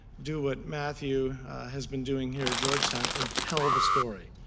do what matthew has been doing here at georgetown and tell the story.